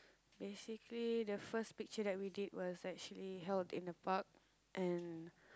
basically the first picture that we did was actually how it came about and